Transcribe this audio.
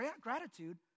gratitude